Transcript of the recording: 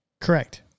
Correct